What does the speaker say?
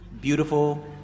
Beautiful